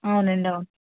అవునండి అవును